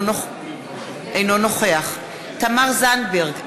אינו נוכח תמר זנדברג,